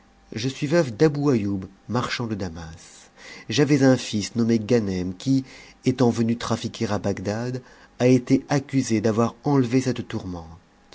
je suis veuve d'abou aïoub marchand de damas j'avais un fils nommé ganem qui étant venu trafiquer à bagdad a été accusé d'avoir enlevé cette tourmente